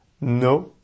No